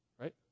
right